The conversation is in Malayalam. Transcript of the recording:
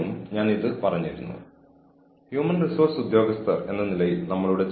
കൂടാതെ കമ്പനി നടത്താനുള്ള മാനേജ്മെന്റിന്റെ അവകാശത്തിനെതിരായ നേരിട്ടുള്ള വെല്ലുവിളിയാണ്